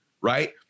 right